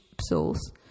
source